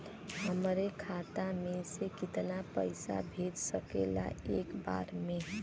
हमरे खाता में से कितना पईसा भेज सकेला एक बार में?